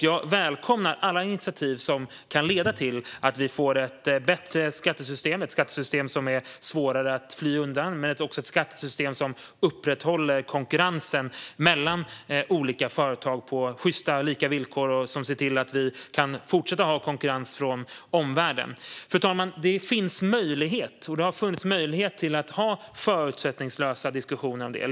Jag välkomnar alla initiativ som kan leda till att vi får ett bättre skattesystem - ett skattesystem som är svårare att fly undan, som upprätthåller konkurrensen mellan olika företag på sjysta, lika villkor och som ser till att vi kan fortsätta att ha konkurrens från omvärlden. Fru talman! Det finns och har funnits möjlighet att ha förutsättningslösa diskussioner om detta.